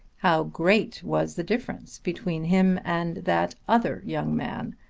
how great was the difference between him and that other young man,